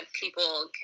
people